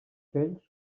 ocells